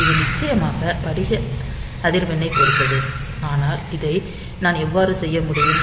இது நிச்சயமாக படிக அதிர்வெண்ணைப் பொறுத்தது ஆனால் இதை நான் எவ்வாறு செய்ய முடியும்